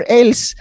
else